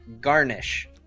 garnish